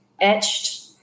etched